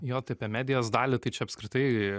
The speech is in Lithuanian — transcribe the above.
jo tai apie medijos dalį tai čia apskritai